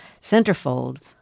centerfold